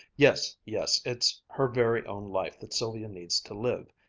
yes, yes it's her very own life that sylvia needs to live,